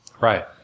Right